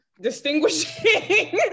distinguishing